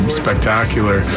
spectacular